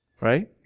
Right